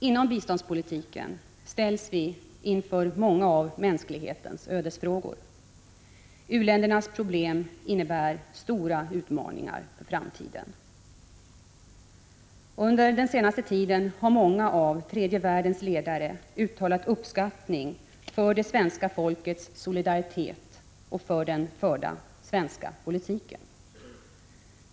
Inom biståndspolitiken ställs vi inför många av mänsklighetens ödesfrågor. U-ländernas problem innebär stora utmaningar inför framtiden. Under den senaste tiden har många av tredje världens ledare uttalat uppskattning för det svenska folkets solidaritet och den förda svenska politiken.